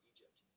Egypt